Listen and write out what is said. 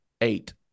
Eight